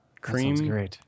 cream